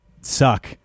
suck